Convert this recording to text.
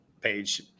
page